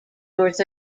north